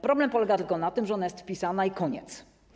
Problem polega tylko na tym, że ona jest wpisana i koniec.